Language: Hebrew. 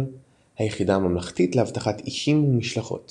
היחידה הממלכתית לאבטחת אישים ומשלחות